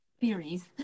theories